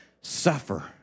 Suffer